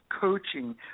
coaching